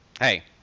hey